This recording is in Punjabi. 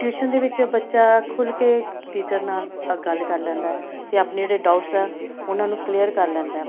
ਟਿਊਸ਼ਨ ਦੇ ਵਿੱਚ ਬੱਚਾ ਖੁੱਲ੍ਹ ਕੇ ਟੀਚਰ ਨਾਲ ਅ ਗੱਲ ਕਰ ਲੈਂਦਾ ਅਤੇ ਆਪਣੇ ਜਿਹੜੇ ਡਾਊਟਸ ਆ ਉਹਨਾਂ ਨੂੰ ਕਲੀਅਰ ਕਰ ਲੈਂਦਾ